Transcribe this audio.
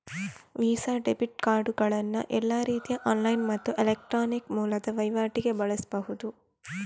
visa debit ಕಾರ್ಡುಗಳನ್ನ ಎಲ್ಲಾ ರೀತಿಯ ಆನ್ಲೈನ್ ಮತ್ತು ಎಲೆಕ್ಟ್ರಾನಿಕ್ ಮೂಲದ ವೈವಾಟಿಗೆ ಬಳಸ್ಬಹುದು